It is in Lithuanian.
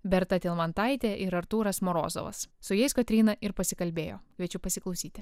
berta tilmantaitė ir artūras morozovas su jais kotryna ir pasikalbėjo kviečiu pasiklausyti